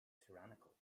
tyrannical